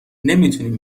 نمیتونین